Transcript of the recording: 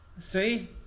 See